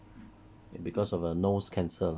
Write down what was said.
because of a nose cancer